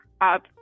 up